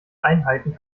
einheiten